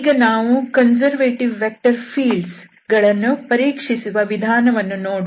ಈಗ ನಾವು conservative vector fields ಗಳನ್ನು ಪರೀಕ್ಷಿಸುವ ವಿಧಾನವನ್ನು ನೋಡೋಣ